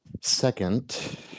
Second